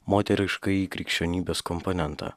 moteriškąjį krikščionybės komponentą